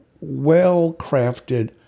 well-crafted